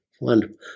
Wonderful